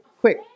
quick